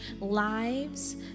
lives